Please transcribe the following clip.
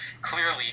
clearly